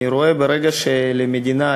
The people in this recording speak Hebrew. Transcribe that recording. אני רואה שברגע שלמדינה,